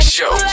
Show